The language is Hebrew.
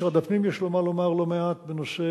משרד הפנים יש לו מה לומר לא מעט בנושא